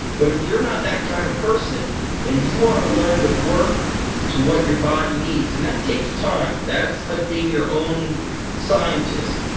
but if you're not that kind of person then you want to learn to work to what your body needs. and that takes times. that's like being your own scientist.